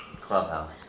Clubhouse